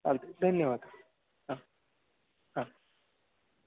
चालतं धन्यवाद हां हां